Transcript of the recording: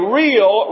real